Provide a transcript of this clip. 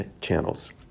channels